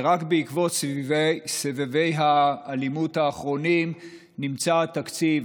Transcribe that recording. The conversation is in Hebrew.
ורק בעקבות סבבי האלימות האחרונים נמצא התקציב,